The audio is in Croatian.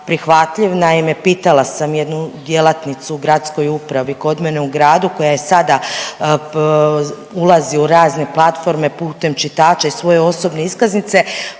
naime pitala sam jednu djelatnicu u gradskoj upravi kod mene u gradu koja je sada ulazi u razne platforme putem čitača i svoje osobne iskaznice,